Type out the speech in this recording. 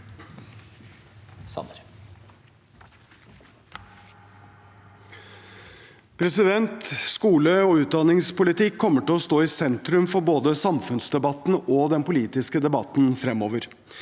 Skole- og utdan- ningspolitikk kommer til å stå i sentrum for både samfunnsdebatten og den politiske debatten fremover.